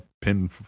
pin